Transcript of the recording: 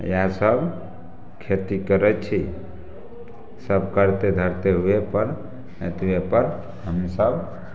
इएहसब खेती करै छी सब करिते धरिते ओहेपर एतबेपर हमसभ